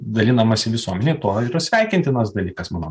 dalinamasi visuomenei tuo yra sveikintinas dalykas mano